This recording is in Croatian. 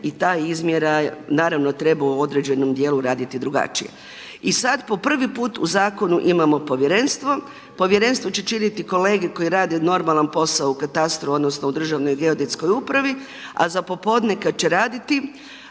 i ta izmjera naravno treba u određenom dijelu raditi drugačije. I sada po prvi put u zakonu imamo povjerenstvo, povjerenstvo će činiti kolege koji rade normalan posao u katastru, odnosno u državnoj geodetskoj upravi a za popodne kada će raditi,